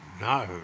no